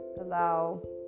allow